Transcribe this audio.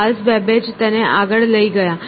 Charles Babbage તેને આગળ લઈ ગયા